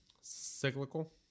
Cyclical